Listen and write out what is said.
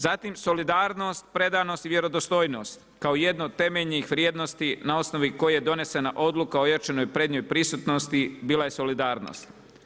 Zatim solidarnost, predanost i vjerodostojnost kao jedno od temeljnih vrijednosti na osnovi koje je donesena Odluka o ojačanoj prednjoj prisutnosti bila je solidarnost.